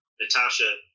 Natasha